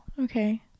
Okay